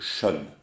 schön